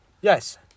Yes